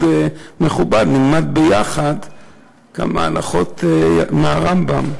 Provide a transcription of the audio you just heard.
מכובד: נלמד ביחד כמה הלכות של הרמב"ם.